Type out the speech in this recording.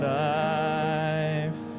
life